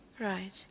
Right